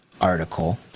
article